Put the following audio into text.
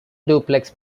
duplex